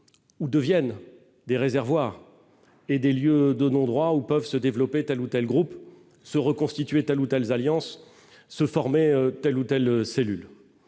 ou deviennent des réservoirs et des lieux de non-droit où peuvent se développer telle ou telle groupes se reconstituer telles ou telles alliances se former telle ou telle cellule,